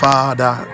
Father